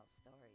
stories